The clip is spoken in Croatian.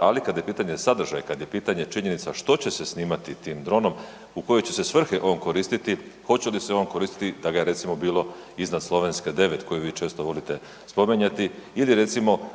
Ali kad je pitanje sadržaja, kad je pitanje činjenica što će se snimati tim dronom, u koje će se svrhe on koristiti, hoće li se on koristiti da ga je recimo bilo iznad Slovenske 9 koju vi često volite spominjati ili recimo